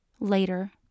Later